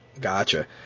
Gotcha